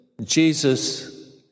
Jesus